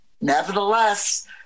Nevertheless